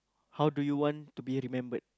how do you want to be remembered